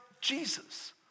Jesus